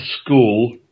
school